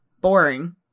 boring